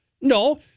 No